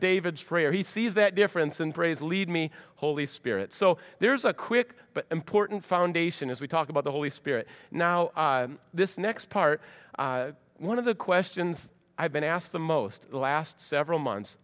david's prayer he sees that difference and praise lead me holy spirit so there is a quick but important foundation as we talk about the holy spirit now this next part one of the questions i've been asked the most the last several months